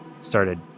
started